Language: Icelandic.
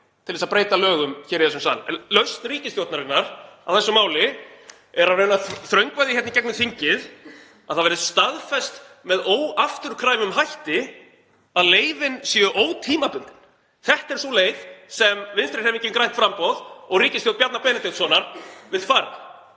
til þess að breyta lögum hér í þessum sal. Lausn ríkisstjórnarinnar á þessu máli er að reyna að þröngva því hér í gegnum þingið að það verði staðfest með óafturkræfum hætti að leyfin séu ótímabundin. Þetta er sú leið sem Vinstrihreyfingin – grænt framboð og ríkisstjórn Bjarna Benediktssonar vill fara,